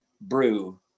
brew